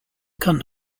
can